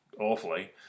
awfully